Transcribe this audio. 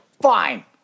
Fine